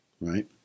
Right